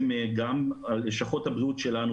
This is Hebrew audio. גם לשכות הבריאות שלנו,